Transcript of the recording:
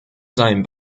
seinem